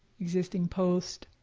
existing post.